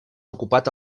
ocupat